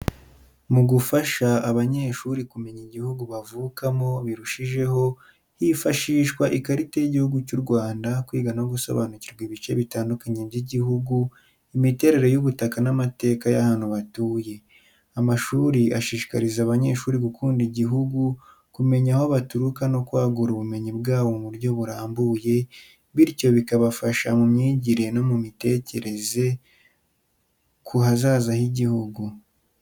Mugufasha abanyeshuri kumenya igihugu bavukamo birushijeho, hifashishwa ikarita y’igihugu cy’ u Rwanda kwiga no gusobanukirwa ibice bitandukanye by’igihugu, imiterere y’ubutaka n’amateka y’ahantu batuye. Amashuri ashishikariza abanyeshuri gukunda igihugu, kumenya aho baturuka no kwagura ubumenyi bwabo mu buryo burambuye, bityo bikabafasha mu myigire no mu gutekereza ku hazaza h’igihugu.